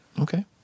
Okay